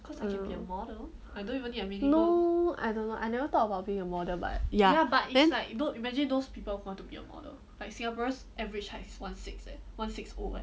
no I don't know I never thought about being a model but ya then